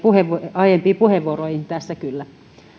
aiempiin puheenvuoroihin tässä kyllä